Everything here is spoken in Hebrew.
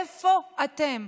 איפה אתם?